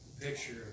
Picture